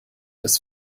das